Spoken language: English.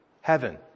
heaven